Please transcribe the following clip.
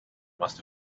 must